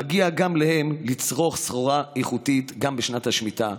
מגיע גם להם לצרוך סחורה איכותית בשנת השמיטה,